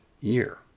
year